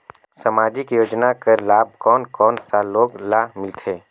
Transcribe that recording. समाजिक योजना कर लाभ कोन कोन सा लोग ला मिलथे?